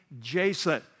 Jason